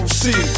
see